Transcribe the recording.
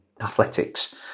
athletics